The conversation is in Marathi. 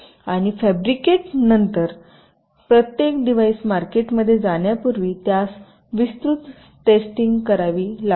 आणि फॅब्रिकेट नंतर प्रत्येक डिव्हाइस मार्केटमध्ये जाण्यापूर्वी त्यास विस्तृत टेस्टिंग करावी लागते